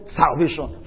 salvation